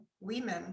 women